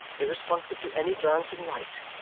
irresponsive to any glancing light,